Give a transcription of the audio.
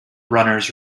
runners